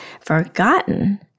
forgotten